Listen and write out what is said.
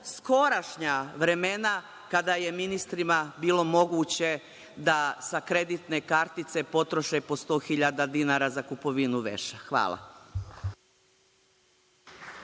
skorašnja vremena kada je ministrima bilo moguće da sa kreditne kartice potroše po 100 hiljada dinara za kupovinu veša? Hvala.